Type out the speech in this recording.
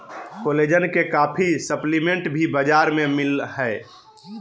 collagen के काफी supplement भी बाजार में मिल हइ